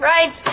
Right